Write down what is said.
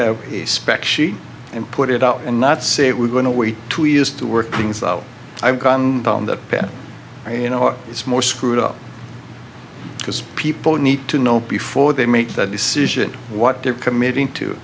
sheet and put it out and not say we're going to wait two years to work things out i've gone down that path you know it's more screwed up because people need to know before they make that decision what they're committing to